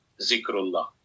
zikrullah